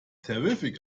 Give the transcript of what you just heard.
terrific